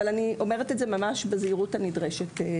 אבל אני אומרת את זה ממש בזהירות הנדרשת.